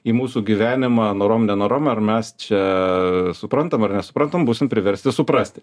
į mūsų gyvenimą norom nenorom ar mes čia suprantam ar nesuprantam būsim priversti suprasti